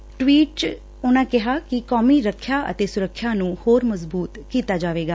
ਇੱਕ ਟਵੀਟ 'ਚ ਉਨ੍ਹਾਂ ਕਿਹਾ ਕਿ ਕੌਮੀ ਰੱਖਿਆ ਅਤੇ ਸੁਰੱਖਿਆ ਨੂੰ ਹੋਰ ਮਜਬੂਤ ਕੀਤਾ ਜਾਵੇਗਾ